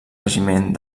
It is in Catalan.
regiment